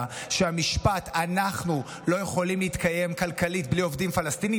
שהמשפט: אנחנו לא יכולים להתקיים כלכלית בלי עובדים פלסטינים,